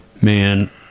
Man